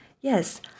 Yes